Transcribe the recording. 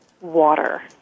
water